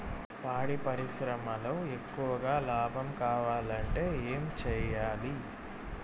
పాడి పరిశ్రమలో ఎక్కువగా లాభం కావాలంటే ఏం చేయాలి?